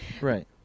Right